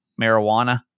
marijuana